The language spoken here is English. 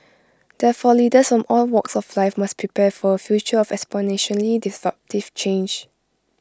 therefore leaders from all walks of life must prepare for A future of exponentially disruptive change